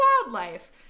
wildlife